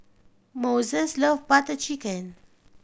Moises loves Butter Chicken